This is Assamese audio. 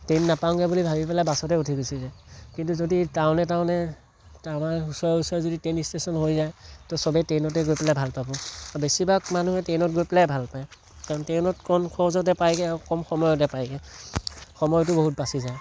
ট্ৰেইন নাপাওঁগৈ বুলি ভাবি পেলাই বাছতেই উঠি গুচি যায় কিন্তু টাউনে টাউনে আমাৰ ওচৰে ওচৰে যদি ট্ৰেইন ইষ্টেশ্যন হৈ যায় তহ চবে ট্ৰেইনতে গৈ পেলাই ভাল পাব বেছিভাগ মানুহে ট্ৰেইনত গৈ পেলাই ভাল পায় কাৰণ ট্ৰেইনত কম খৰচতে পায়গৈ আৰু কম সময়তে পায়গৈ সময়টো বহুত বাছি যায়